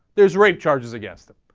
there's rape charges against him.